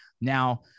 now